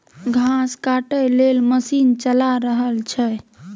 घास काटय लेल मशीन चला रहल छै